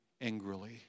angrily